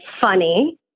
funny